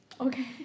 Okay